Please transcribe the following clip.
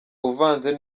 uvanze